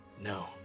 No